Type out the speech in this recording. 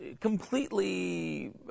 completely